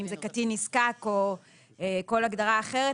אם זה קטין נזקק או כל הגדרה אחרת,